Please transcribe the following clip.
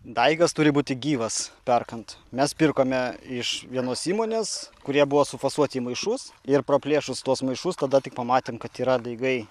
daigas turi būti gyvas perkant mes pirkome iš vienos įmonės kurie buvo sufasuoti į maišus ir praplėšus tuos maišus tada tik pamatėm kad yra daigai